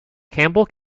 campbell